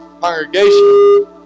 congregation